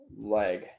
leg